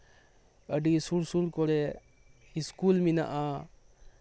ᱟᱹᱰᱤ ᱥᱩᱨ ᱥᱩᱨ ᱠᱚᱨᱮ ᱤᱥᱠᱩᱞ ᱢᱮᱱᱟᱜᱼᱟ